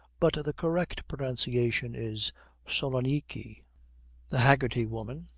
but the correct pronunciation is salonikky the haggerty woman,